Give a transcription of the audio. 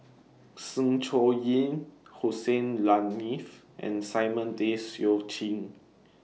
Sng Choon Yee Hussein Haniff and Simon Tay Seong Chee